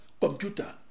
computer